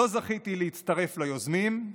לא זכיתי להצטרף ליוזמים,